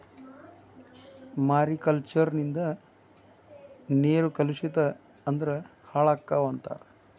mariculture ನಿಂದ ನೇರು ಕಲುಷಿಸ ಅಂದ್ರ ಹಾಳಕ್ಕಾವ ಅಂತಾರ